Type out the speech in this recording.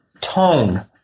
tone